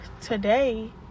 today